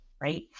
right